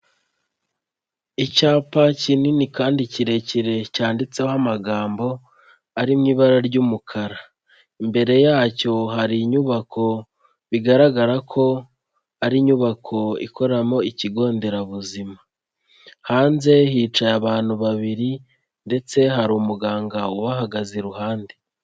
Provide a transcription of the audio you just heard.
Icyapa kinini kandi kirekire cyanditseho amagambo ari mu ibara ry'umukara, imbere yacyo hari inyubako bigaragara ko ari inyubako ikoramo ikigo nderabuzima, hanze hicaye abantu babiri ndetse hari umuganga ubahagaze iruhande.